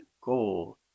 goal